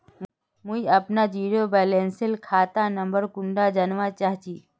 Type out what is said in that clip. मुई अपना zero balance सेल खाता नंबर कुंडा जानवा चाहची?